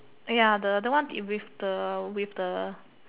ya the the one with the with the